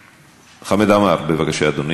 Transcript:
חמד עמאר, בבקשה, אדוני.